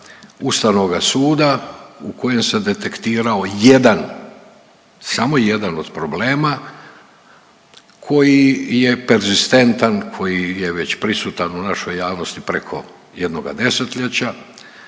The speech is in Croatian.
ustavnoga suda u kojoj se detektirao jedan, samo jedan od problema koji je perzistentan, koji je već prisutan u našoj javnosti preko jednoga 10-ljeća,